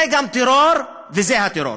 זה גם טרור וזה הטרור.